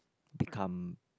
become